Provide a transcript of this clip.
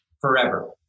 forever